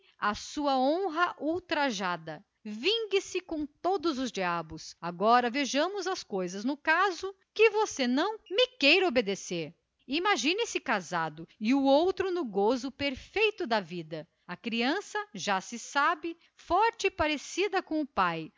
a sua honra ultrajada direito este que se converte em obrigação perante a consciência e perante a sociedade mas imagine-se casado com ana rosa e o outro no gozo perfeito da vida a criança já se sabe parecida com o pai